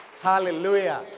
Hallelujah